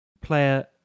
player